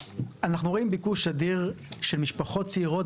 אנחנו רואים ביקוש אדיר של משפחות צעירות